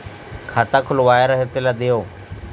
खाता खुलवाय रहे तेला देव?